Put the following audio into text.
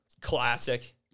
Classic